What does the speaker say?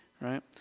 right